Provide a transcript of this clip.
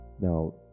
Now